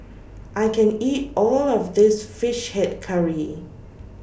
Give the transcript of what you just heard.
I can't eat All of This Fish Head Curry